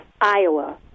Iowa